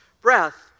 breath